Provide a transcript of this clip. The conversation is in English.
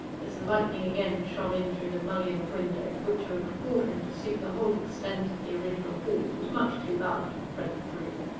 as the lightning again shone in through the mullioned window, which, of a proportion to suit the whole extent of the original hall, was much too large for the present room.